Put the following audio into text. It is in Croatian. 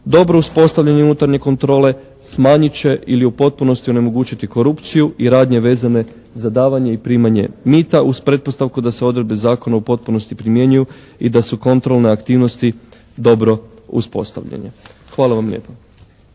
Dobro uspostavljanje unutarnje kontrole smanjit će ili u potpunosti onemogućiti korupciju i radnje vezane za davanje i primanje mita uz pretpostavku da se odredbe zakona u potpunosti primjenjuju i da su kontrolne aktivnosti dobro uspostavljene. Hvala vam lijepa.